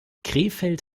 krefeld